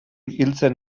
hiltzen